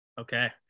Okay